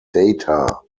data